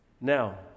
Now